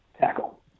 tackle